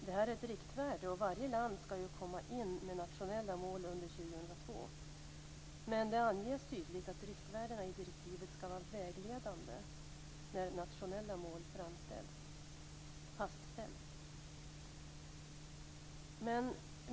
Det här är ett riktvärde, och varje land ska komma in med nationella mål under 2002. Men det anges tydligt att riktvärdena i direktivet ska vara vägledande när nationella mål fastställs.